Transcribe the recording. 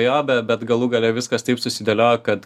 jo be bet galų gale viskas taip susidėliojo kad